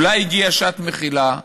אולי הגיעה שעת מחילה?